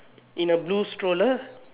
in a blue stroller